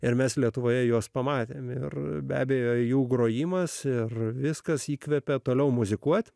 ir mes lietuvoje juos pamatėme ir be abejo jų grojimas ir viskas įkvepia toliau muzikuoti